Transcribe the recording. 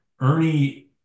Ernie